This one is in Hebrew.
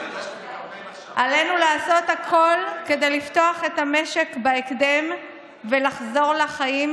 עלינו לעשות הכול כדי לפתוח את המשק בהקדם ולחזור לחיים,